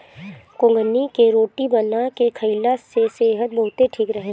कुगनी के रोटी बना के खाईला से सेहत बहुते ठीक रहेला